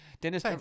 Dennis